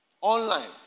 online